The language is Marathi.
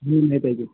नाही पाहिजे